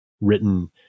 written